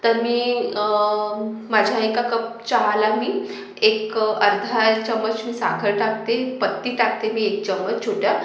तर मी माझ्या एका कप चहाला मी एक अर्धा चम्मच मी साखर टाकते पत्ती टाकते मी एक चम्मच छोटा